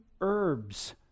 herbs